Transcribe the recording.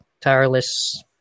tireless